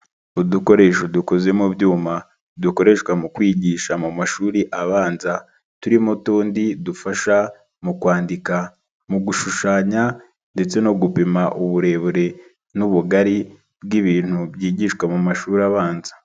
Udukoresho udukuzimu byuma dukoreshwa mu kwigisha mu mashuri abanza, turimo utundi dufasha mu kwandika, mu gushushanya ndetse no gupima uburebure n'ubugari bw'ibintu byigishwa mu mashuri abanza.